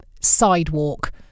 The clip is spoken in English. sidewalk